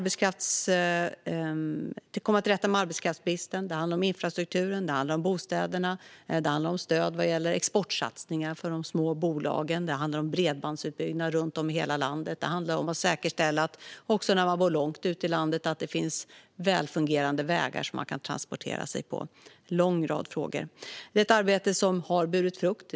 Det handlar om att komma till rätta med arbetskraftsbristen, det handlar om infrastrukturen, det handlar om bostäderna och det handlar om stöd vad gäller exportsatsningar för de små bolagen. Det handlar om bredbandsutbyggnad runt om i hela landet, och det handlar om att säkerställa att det finns välfungerande vägar att transportera sig på också när man bor långt ut i landet. Det är en lång rad frågor. Det här är ett arbete som har burit frukt.